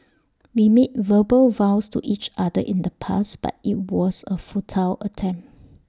we made verbal vows to each other in the past but IT was A futile attempt